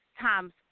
times